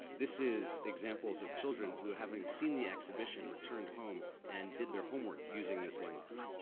this is examples of children who, having seen the exhibition, returned home and did their homework using this language.